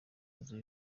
nzu